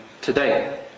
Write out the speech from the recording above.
today